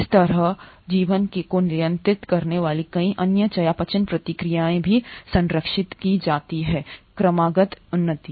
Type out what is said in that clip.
इसी तरह जीवन को नियंत्रित करने वाली कई अन्य चयापचय प्रतिक्रियाएं भी संरक्षित की जाती हैं क्रमागत उन्नति